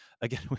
again